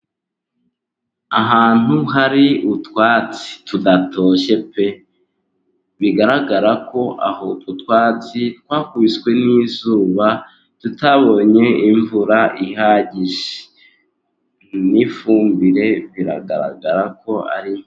Ahantu hari utwatsi tudatoshye pe! bigaragara ko utwo utwatsi, twakubiswe n'izuba, tutabonye imvura ihagije. Ifumbire biragaragara ko ari ntayo.